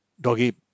Doggy